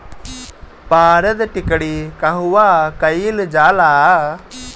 पारद टिक्णी कहवा कयील जाला?